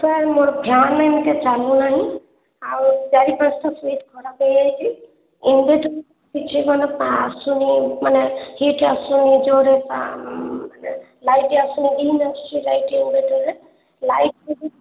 sir ମୋର fan ଏମିତି ଚାଲୁନାହିଁ ଆଉ ଚାରି ପାଞ୍ଚଟା ସୁଇଚ୍ ଖରାପ ହୋଇଯାଇଛି ଇଣ୍ଡକ୍ସନ୍ କିଛି ସମୟ ଆସୁନି ମାନେ ହିଟ୍ ଆସୁନି ଜୋର୍ରେ ଲାଇଟ୍ ଆସୁନି ଡିମ୍ ଆସୁଛି ଲାଇଟ୍ ଇନ୍ଭର୍ଟର୍ରେ ଲାଇଟ୍